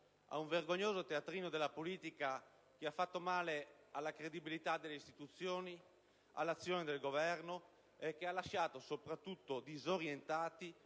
ad un vergognoso teatrino della politica, che ha fatto male alla credibilità delle istituzioni e all'azione del Governo e soprattutto ha lasciato disorientati